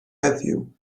heddiw